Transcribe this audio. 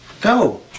Go